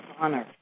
honor